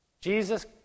Jesus